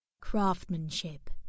Craftsmanship